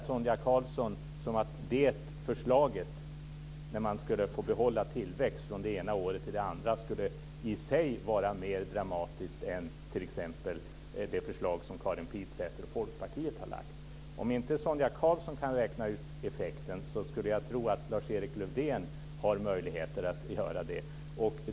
Sonia Karlsson polemiserar kring att förslaget om att få behålla tillväxt från det ena året till det andra i sig skulle vara mer dramatiskt än t.ex. det förslag som Karin Pilsäter och Folkpartiet har lagt fram. Om Sonia Karlsson inte kan räkna ut effekten har väl Lars Erik Lövdén möjligheter att göra det.